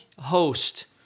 host